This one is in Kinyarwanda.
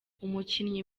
umukinyi